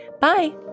Bye